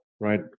right